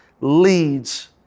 leads